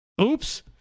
Oops